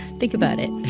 think about it